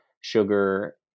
sugar